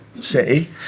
City